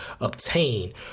obtain